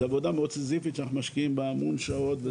זו עבודה מאוד סיזיפית שאנחנו משקיעים בה המון שעות,